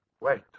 Wait